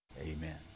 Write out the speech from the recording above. Amen